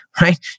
right